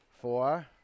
Four